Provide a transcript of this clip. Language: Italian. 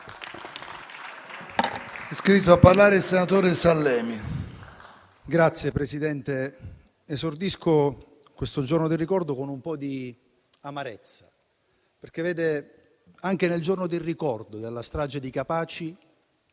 Signor Presidente, esordisco in questo giorno del ricordo con un po' di amarezza, perché anche nel giorno del ricordo della strage di Capaci